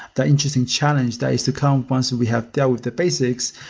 that interesting challenge that is to come once and we have dealt with the basics.